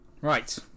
Right